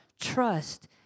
trust